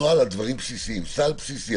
נוהל על דברים בסיסיים, סל בסיסי.